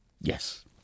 Yes